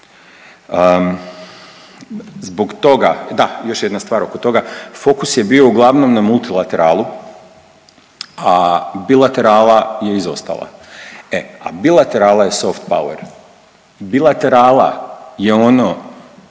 Zbog toga, da, još jedna stvar oko toga. Fokus je bio uglavnom na multilateralu, a bilaterala je izostala, e a bilaterala je soft pauer, bilaterala je ono